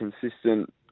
consistent